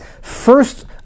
first